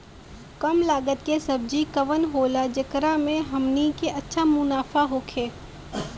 कम लागत के सब्जी कवन होला जेकरा में हमनी के अच्छा मुनाफा होखे?